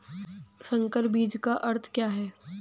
संकर बीज का अर्थ क्या है?